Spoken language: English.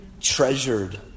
treasured